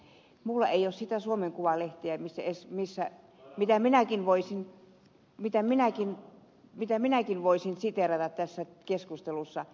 minulla ei ole sitä suomen kuvalehtiä ties missä mitä minäkin voisin mitä kuvalehteä mitä minäkin voisin siteerata tässä keskustelussa